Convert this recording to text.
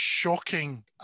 shocking